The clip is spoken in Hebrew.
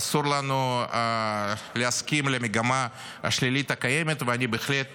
אסור לנו להסכים למגמה השלילית הקיימת, ואני בהחלט